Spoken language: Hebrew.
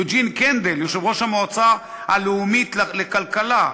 ויוג'ין קנדל, יושב-ראש המועצה הלאומית לכלכלה.